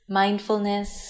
mindfulness